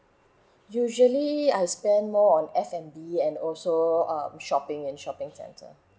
usually I spend more on F&B and also um shopping in shopping center